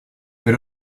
per